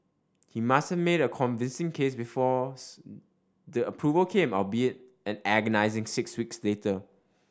he must have made a convincing case before the approval came albeit an agonising six weeks later